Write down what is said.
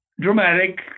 Dramatic